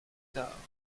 tard